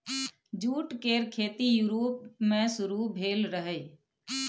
jute केर खेती Europe मे शुरु भेल रहइ